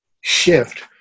shift